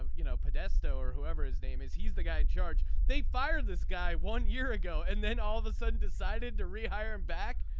um you know podesta or whoever his name is. he's the guy in charge. they fired this guy one year ago and then all of a sudden decided to rehire him back.